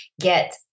get